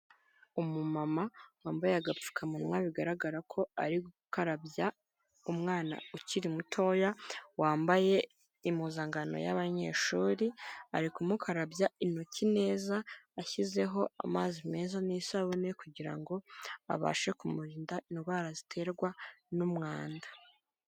Umumama wambaye agapfukamunwa bigaragara ko ari gukarabya umwana ukiri mutoya wambaye impuzankano y'abanyeshuri, ari kumukarabya intoki neza ashyizeho amazi meza n'isabune kugira ngo abashe kumurinda indwara ziterwa n'umwanda.